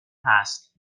هست